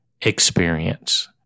experience